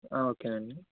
okay అండి